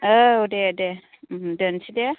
औ दे दे दोनसै दे